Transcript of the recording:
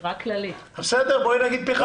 כך כשגם כשמגיע מטפל צעיר,